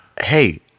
Hey